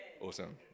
Awesome